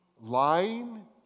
lying